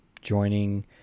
joining